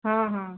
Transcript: ହଁ ହଁ